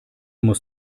muss